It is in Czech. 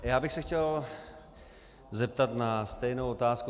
Já bych se chtěl zeptat na stejnou otázku.